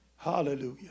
Hallelujah